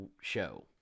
show